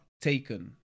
taken